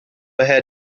ahead